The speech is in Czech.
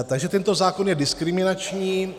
Takže tento zákon je diskriminační.